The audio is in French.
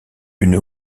une